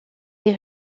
les